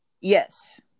Yes